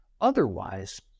Otherwise